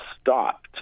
stopped